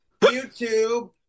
YouTube